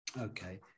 Okay